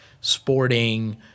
sporting